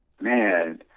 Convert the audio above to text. Man